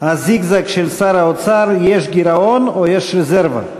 הזיגזג של שר האוצר, יש גירעון או יש רזרבה.